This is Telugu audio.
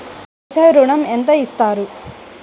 వ్యవసాయ ఋణం ఎంత ఇస్తారు?